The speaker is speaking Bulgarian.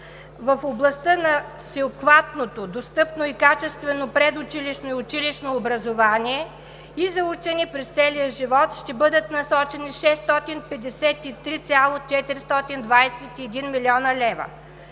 в областта на всеобхватното достъпно и качествено предучилищно и училищно образование и за учене през целия живот ще бъдат насочени 653,421 млн. лв.